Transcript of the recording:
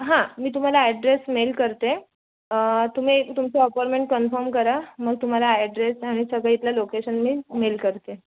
हां मी तुम्हाला ॲड्रेस मेल करते तुम्ही तुमची अपॉइंटमेंट कन्फम करा मग तुम्हाला ॲड्रेस आणि सगळं इथलं लोकेशन मी मेल करते